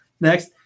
next